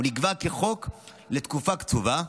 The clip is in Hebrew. הוא נקבע כחוק לתקופה קצובה,